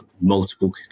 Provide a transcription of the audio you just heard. multiple